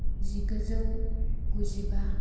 जिगुजौ गुजिबा